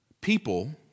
people